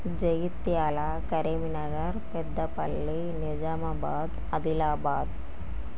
Jagtial Karimnagar Peddapalli Nizamabad Adilabad